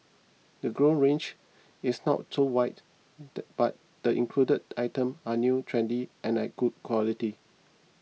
the grown range is not so wide but the included item are new trendy and at good quality